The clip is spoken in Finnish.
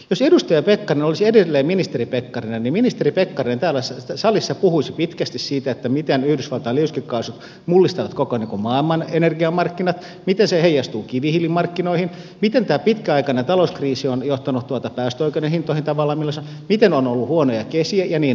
jos edustaja pekkarinen olisi edelleen ministeri pekkarinen niin ministeri pekkarinen täällä salissa puhuisi pitkästi siitä miten yhdysvaltain liuskekaasut mullistavat koko maailman energiamarkkinat miten se heijastuu kivihiilimarkkinoihin miten tämä pitkäaikainen talouskriisi on johtanut päästöoikeuden hintoihin miten on ollut huonoja kesiä ja niin edelleen